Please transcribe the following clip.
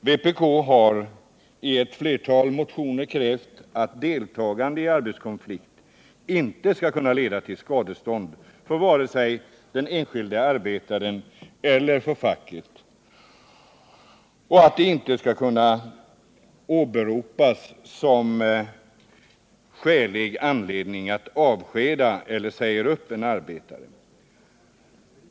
Vpk har i ett flertal motioner krävt att deltagande i arbetskonflikt inte skall kunna leda till skadestånd för vare sig den enskilde arbetaren eller facket, och att det inte skall kunna åberopas som skäl för att avskeda eller säga upp en arbetare.